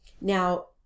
now